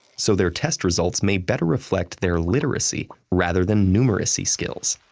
so their test results may better reflect their literacy rather than numeracy skills.